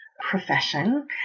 profession